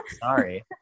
sorry